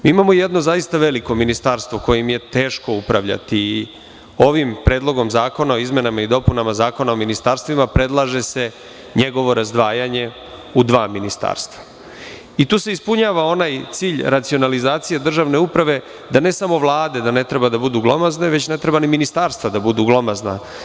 Imamo jedno zaista veliko ministarstvo kojim je teško upravljati i ovim predlogom zakona o izmenama i dopunama Zakona o ministarstvima predlaže se njegovo razdvajanje u dva ministarstva i tu se ispunjava onaj cilj racionalizacije državne uprave, ne samo vlade da ne treba da budu glomazne, već ne treba ni ministarstva da budu glomazna.